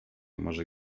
może